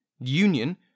Union